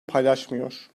paylaşmıyor